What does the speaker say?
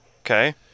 Okay